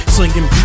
Slinging